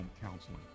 Counseling